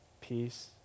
peace